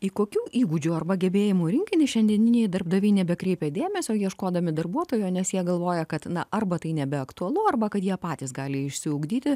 į kokių įgūdžių arba gebėjimų rinkinį šiandieniniai darbdaviai nebekreipia dėmesio ieškodami darbuotojo nes jie galvoja kad na arba tai nebeaktualu arba kad jie patys gali išsiugdyti